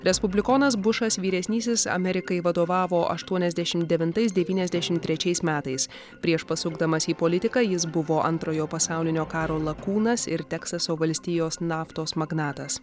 respublikonas bušas vyresnysis amerikai vadovavo aštuoniasdešimt devintais devyniasdešimt trečiais metais prieš pasukdamas į politiką jis buvo antrojo pasaulinio karo lakūnas ir teksaso valstijos naftos magnatas